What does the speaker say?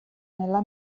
nella